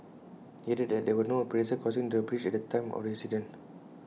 he added that there were no pedestrians crossing the bridge at the time of the accident